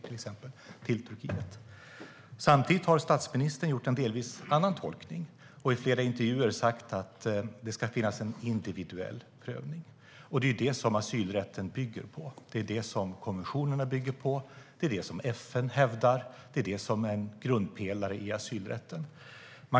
Det gäller även syrier, till exempel. Samtidigt har statsministern gjort en delvis annan tolkning och i flera intervjuer sagt att det ska finnas en individuell prövning. Det är detta som asylrätten och konventionerna bygger på. Det är det som FN hävdar. Det är en grundpelare i asylrätten.